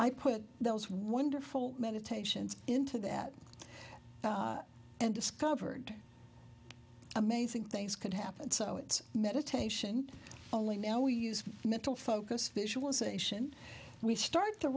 i put those wonderful meditations into that and discovered amazing things can happen so it's meditation only now we use mental focus visualization we start the